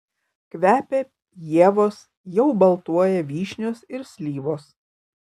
kvepia ievos jau baltuoja vyšnios ir slyvos